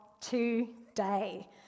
today